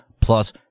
plus